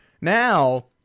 now